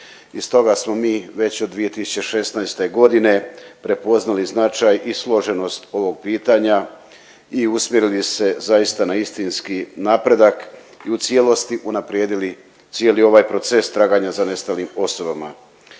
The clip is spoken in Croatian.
I stoga smo mi već od 2016. godine prepoznali značaj i složenost ovog pitanja i usmjerili se zaista na istinski napredak i u cijelosti unaprijedili cijeli ovaj proces traganja za nestalim osobama.